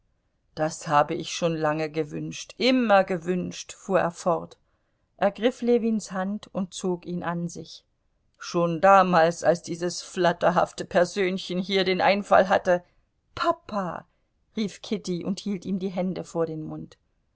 das habe ich schon lange gewünscht immer gewünscht fuhr er fort ergriff ljewins hand und zog ihn an sich schon damals als dieses flatterhafte persönchen hier den einfall hatte papa rief kitty und hielt ihm die hände vor den mund